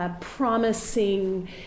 promising